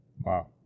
Wow